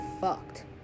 fucked